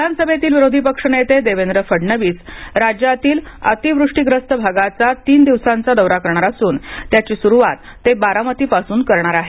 विधानसभेतील विरोधी पक्षनेते देवेंद्र फडणवीस राज्यातील अतिवृष्टीग्रस्त भागाचा तीन दिवसांचा दौरा करणार असून त्याची सुरुवात ते बारामतीपासून करणार आहेत